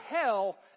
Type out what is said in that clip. hell